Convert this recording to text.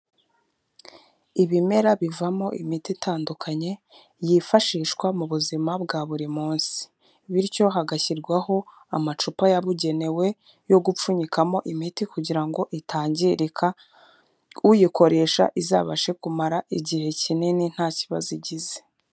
Ibimera bivamo imiti itandukanye yifashishwa mu buzima bwa buri munsi, bityo hagashyirwaho amacupa yabugenewe yo gupfunyikamo imiti kugira ngo itangirika, uyikoresha izabashe kumara igihe kinini nta kibazo igize.